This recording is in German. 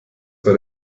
bei